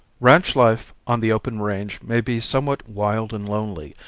ranch life on the open range may be somewhat wild and lonely,